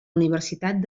universitat